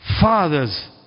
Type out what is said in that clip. Father's